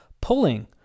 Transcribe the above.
pulling